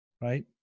right